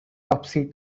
topsy